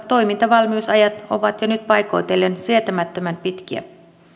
toimintavalmiusajat ovat jo nyt paikoitellen sietämättömän pitkiä